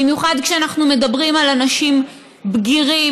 במיוחד כשאנחנו מדברים על אנשים בגירים,